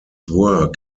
work